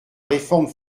réforme